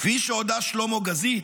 כפי שהודה שלמה גזית,